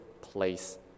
place